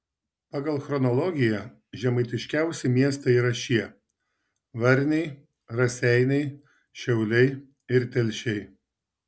pagal chronologiją žemaitiškiausi miestai yra šie varniai raseiniai šiauliai ir telšiai